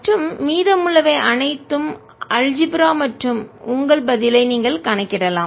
மற்றும் மீதமுள்ளவை அனைத்தும் அல்ஜிப்ரா இயற்கணிதம் மற்றும் உங்கள் பதிலை நீங்கள் கணக்கிடலாம்